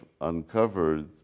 uncovered